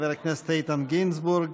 חבר הכנסת איתן גינזבורג.